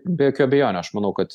be jokių abejonių aš manau kad